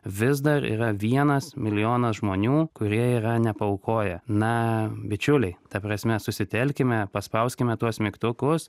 vis dar yra vienas milijonas žmonių kurie yra nepaaukoję na bičiuliai ta prasme susitelkime paspauskime tuos mygtukus